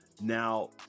Now